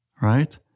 Right